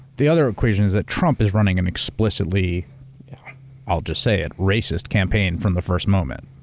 the other equation is that trump is running an explicitly i'll just say it racist campaign from the first moment.